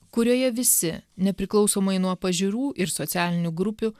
kurioje visi nepriklausomai nuo pažiūrų ir socialinių grupių